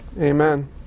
Amen